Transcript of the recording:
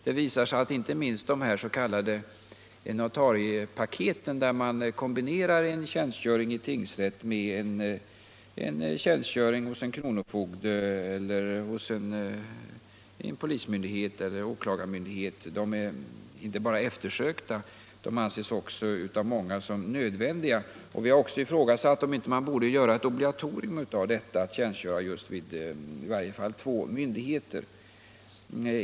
Det visar sig att inte minst de s.k. notariepaketen, där tjänstgöring i tingsrätt kombineras med tjänstgöring hos kronofogde eller vid polismyndighet eller åklagarmyndighet, inte bara är eftersökta utan också av många anses innebära en nödvändig tjänstgöring. Det har ifrågasatts om det inte borde vara obligatoriskt att tjänstgöra vid åtminstone två myndigheter.